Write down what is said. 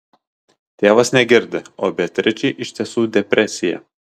tėvas negirdi o beatričei iš tiesų depresija